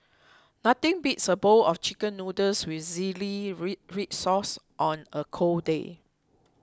nothing beats a bowl of Chicken Noodles with Zingy Red Sauce on a cold day